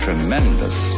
tremendous